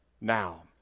now